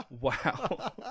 Wow